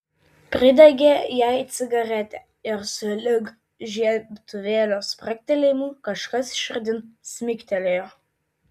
pridegė jai cigaretę ir sulig žiebtuvėlio spragtelėjimu kažkas širdin smigtelėjo